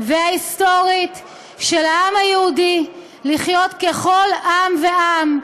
וההיסטורית של העם היהודי לחיות ככל עם ועם,